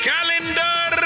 Calendar